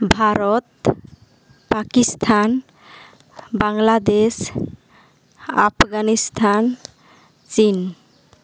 ᱵᱷᱟᱨᱚᱛ ᱯᱟᱠᱤᱥᱛᱟᱱ ᱵᱟᱝᱞᱟᱫᱮᱥ ᱟᱯᱷᱜᱟᱱᱤᱥᱛᱟᱱ ᱪᱤᱱ